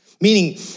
meaning